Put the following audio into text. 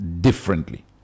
differently